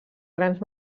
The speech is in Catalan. grans